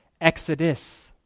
exodus